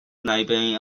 library